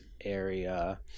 area